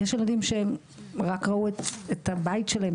יש ילדים שרק ראו את הבית שלהם,